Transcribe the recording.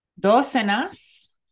Docenas